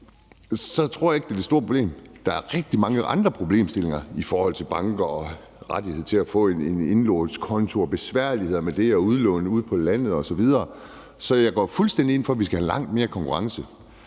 at det nok ikke er det store problem. Der er rigtig mange andre problemstillinger i forhold til banker og retten til at få en indlånskonto og besværligheder med det og udlån ude på landet osv., så jeg går fuldstændig ind for, at vi skal have langt mere konkurrence.